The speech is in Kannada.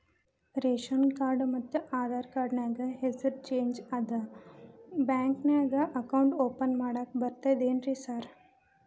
ರೇಶನ್ ಕಾರ್ಡ್ ಮತ್ತ ಆಧಾರ್ ಕಾರ್ಡ್ ನ್ಯಾಗ ಹೆಸರು ಚೇಂಜ್ ಅದಾ ಬ್ಯಾಂಕಿನ್ಯಾಗ ಅಕೌಂಟ್ ಓಪನ್ ಮಾಡಾಕ ಬರ್ತಾದೇನ್ರಿ ಸಾರ್?